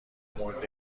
مورد